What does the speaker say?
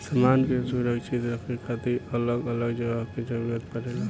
सामान के सुरक्षित रखे खातिर अलग अलग जगह के जरूरत पड़ेला